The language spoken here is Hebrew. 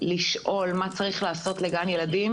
לשאול מה צריך לעשות לגן ילדים,